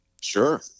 Sure